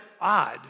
odd